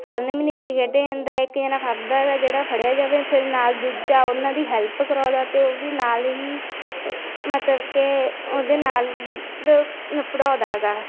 ਫੜਨ ਮੀਚੀ ਖੇਡਿਆਂ ਜਾਂਦਾ ਹੈ ਇੱਕ ਜਾਣਾ ਫੜਦਾ ਹੈਗਾ ਜਿਹੜਾ ਫੜਿਆ ਜਾਵੇ ਫਿਰ ਨਾਲ ਦੂਜਾ ਉਹਨਾਂ ਦੀ ਹੈਲਪ ਕਰਾਉਂਦਾ ਅਤੇ ਉਹ ਵੀ ਨਾਲ ਹੀ ਮਤਲਬ ਕਿ ਉਹਦੇ ਨਾਲ ਫੜਾਉਂਦਾ ਹੈਗਾ